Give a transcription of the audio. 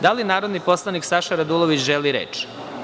Da li narodni poslanik Saša Radulović želi reč?